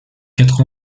quatre